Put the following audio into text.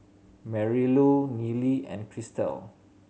Marylou Neely and Christel